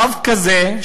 רב כזה,